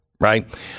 right